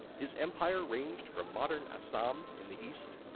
his empire ranged from modern assam in the east,